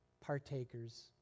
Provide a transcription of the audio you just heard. partakers